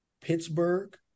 Pittsburgh